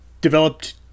developed